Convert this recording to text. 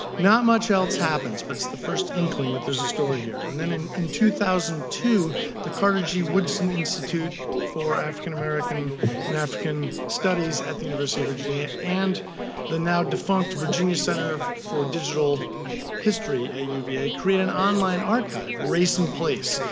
not much else happens, but it's the first inkling that there's a story here and then in in two thousand and two the carter g. woodson institute for african american and african studies at the university of virginia and the now defunct virginia center for digital history at uva create an online archive, race and place,